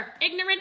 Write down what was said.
Ignorant